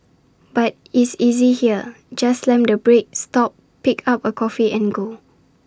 but is easy here just slam the brake stop pick A cup of coffee and go